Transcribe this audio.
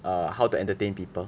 err how to entertain people